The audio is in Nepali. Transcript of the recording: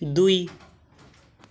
दुई